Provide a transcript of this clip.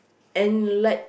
and like